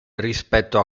rispetto